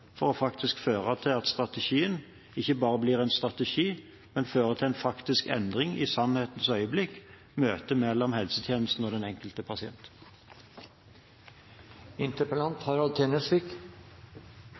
faktisk fører til at strategien ikke bare blir en strategi, men til en faktisk endring – i sannhetens øyeblikk, i møtet mellom helsetjenesten og den enkelte pasient.